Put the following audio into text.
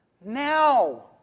now